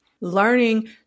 learning